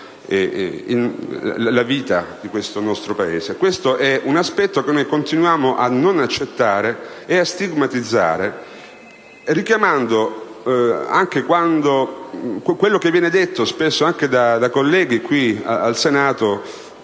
Questo è un aspetto che noi continuiamo a non accettare e a stigmatizzare, richiamando anche quello che viene detto dai colleghi del Senato,